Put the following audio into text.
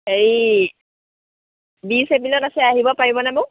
হেৰি বিছ এপ্ৰিলত আছে আহিব পাৰিব নে বাৰু